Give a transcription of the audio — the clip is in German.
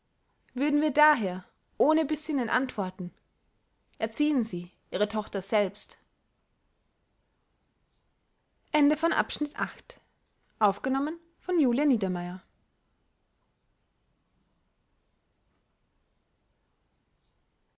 würden wir daher ohne besinnen antworten erziehen sie ihre tochter selbst